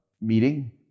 meeting